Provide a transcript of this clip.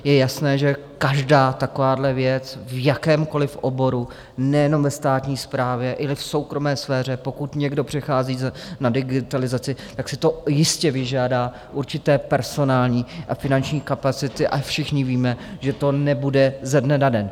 Je jasné, že každá taková věc v jakémkoliv oboru, nejenom ve státní správě, ale i v soukromé sféře, pokud někdo přechází na digitalizaci, tak si to jistě vyžádá určité personální a finanční kapacity, a všichni víme, že to nebude ze dne na den.